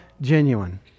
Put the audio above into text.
genuine